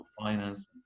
finance